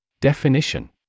Definition